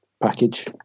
package